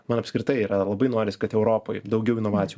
man apskritai yra labai noris kad europoj daugiau inovacijų